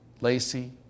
Lacey